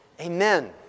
amen